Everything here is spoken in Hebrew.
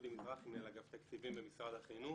דודי מזרחי, מנהל אגף תקציבים במשרד החינוך.